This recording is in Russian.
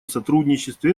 сотрудничестве